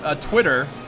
Twitter